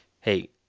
hey